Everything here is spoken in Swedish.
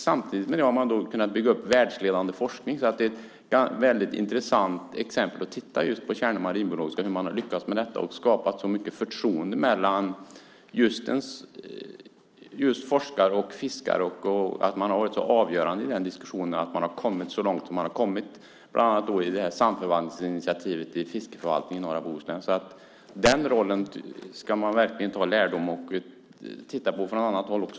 Samtidigt har man kunnat bygga upp världsledande forskning. Det är mycket intressant att titta på hur man på Tjärnö har lyckats med detta och skapat så mycket förtroende mellan forskare och fiskare och att man har varit så avgörande och kommit så långt, bland annat i samförvaltningsinitiativet i fiskeriförvaltningen i norra Bohuslän. Den rollen ska man ta lärdom av och titta på från annat håll också.